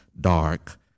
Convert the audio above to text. dark